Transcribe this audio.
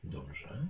Dobrze